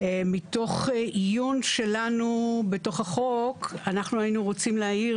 מתוך עיון שלנו בחוק אנחנו היינו רוצים להעיר